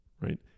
right